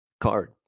card